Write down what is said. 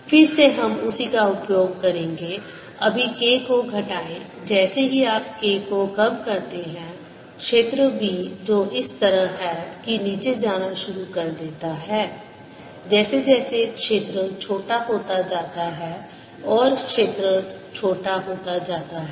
फिर से हम उसी का उपयोग करेंगेअभी K को घटाएं जैसे ही आप K को कम करते हैं क्षेत्र B जो इस तरह है कि नीचे जाना शुरू कर देता है जैसे जैसे क्षेत्र छोटा होता जाता है और क्षेत्र छोटा होता जाता है